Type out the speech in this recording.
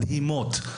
מדהימות.